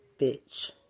bitch